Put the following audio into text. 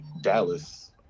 Dallas